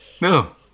no